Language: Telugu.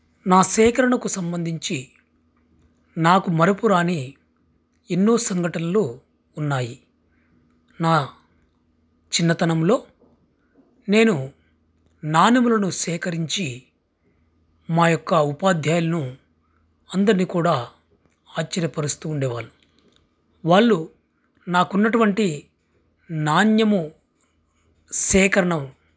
నా సేకరణకు సంబంధించి నాకు మరపురాని ఎన్నో సంఘటనలు ఉన్నాయి నా చిన్నతనంలో నేను నాణెములను సేకరించి మా యొక్క ఉపాధ్యాయులను అందర్నీ కూడా ఆశ్చర్యపరుస్తూ ఉండేవాళ్ళు వాళ్ళు నాకున్నటువంటి నాణెము సేకరణం